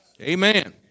Amen